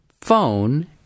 phone